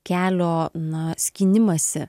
kelio na skynimąsi